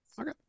Okay